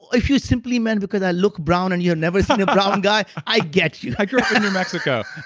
if you simply meant because i look brown and you've never seen a brown but um guy. i get you i grew up in new mexico,